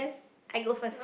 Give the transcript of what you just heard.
I go first